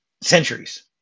centuries